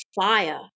fire